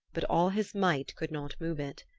but all his might could not move it.